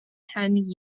ten